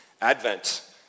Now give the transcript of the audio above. Advent